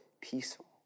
peaceful